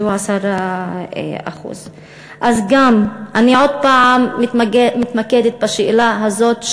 שהוא 10%. אז אני עוד פעם מתמקדת בשאלה הזאת,